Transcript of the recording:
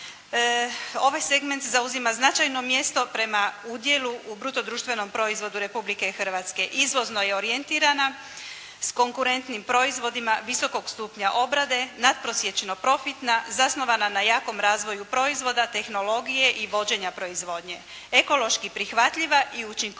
Ovaj segment zauzima značajno mjesto prema udjelu u bruto društvenom proizvodu Republike Hrvatske. Izvozno je orijentirana s konkurentnim proizvodima visokog stupnja obrade, natprosječno profitna, zasnovana na jakom razvoju proizvoda, tehnologije i vođenja proizvodnje, ekološki prihvatljiva i učinkovita